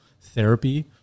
therapy